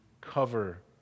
cover